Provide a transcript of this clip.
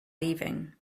leaving